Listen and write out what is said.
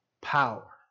power